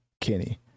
Kenny